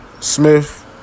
Smith